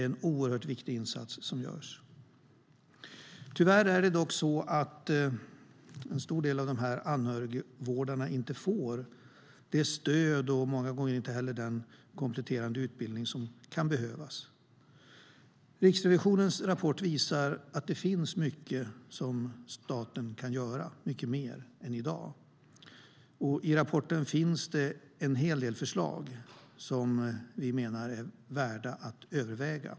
De insatser som görs är väldigt viktiga. Tyvärr får en stor del av anhörigvårdarna inte det stöd och den kompletterande utbildning som kan behövas. Riksrevisionens rapport visar att det finns mycket som staten kan göra, mycket mer än i dag. I rapporten finns det en hel del förslag som vi menar är värda att överväga.